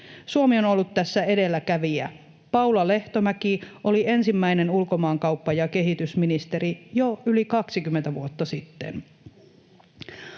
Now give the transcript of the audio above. Suomi on ollut tässä edelläkävijä. Paula Lehtomäki oli ensimmäinen ulkomaankauppa- ja kehitysministeri jo yli 20 vuotta sitten.